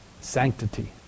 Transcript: sanctity